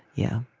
yeah.